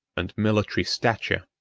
and military stature.